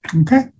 Okay